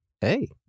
Hey